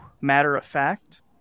matter-of-fact